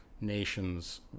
Nations